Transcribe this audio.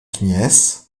kněz